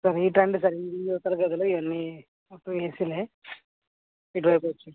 sir ఏంటండి sir ఈ ఇవతల గదిలో ఇకి అన్నీ మొత్తం ఏసీలే ఇటు వైపు వచ్చెయ్యండి